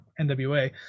NWA